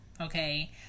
okay